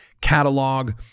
catalog